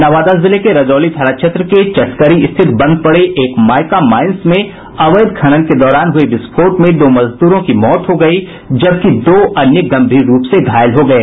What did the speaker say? नवादा जिले के रजौली थाना क्षेत्र के चटकरी स्थित बंद पड़े एक माइका माइंस में अवैध खनन के दौरान हुये विस्फोट में दो मजदूरों की मौत हो गयी जबकि दो अन्य गंभीर रूप से घायल हो गये